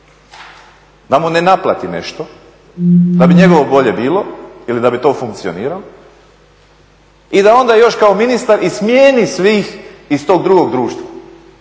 da mu ne naplati nešto da bi njegovo bolje bilo ili da bi to funkcioniralo i da onda još kao ministar i smijeni sve iz tog drugog društva